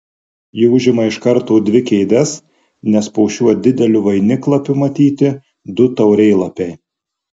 ji užima iš karto dvi kėdes nes po šiuo dideliu vainiklapiu matyti du taurėlapiai